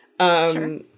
Sure